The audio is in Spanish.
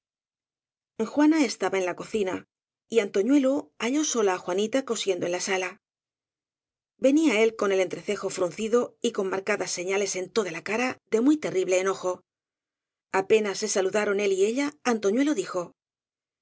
juana estaba en la cocina y antoñuelo halló sola á juanita cosiendo en la sala venía él con el entrecejo fruncido y con marca das señales en toda la cara de muy terrible enojo apenas se saludaron él y ella antoñuelo dijo